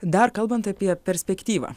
dar kalbant apie perspektyvą